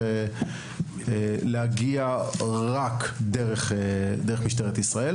וצריך לחנך אותם כי אנחנו רוצים שהילדים יהיו ילדים טובים.